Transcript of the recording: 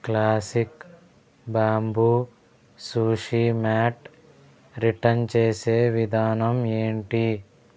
classic bamboo sushi mat return చేసే విధానం ఏంటి